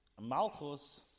Malchus